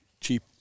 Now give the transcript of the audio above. cheap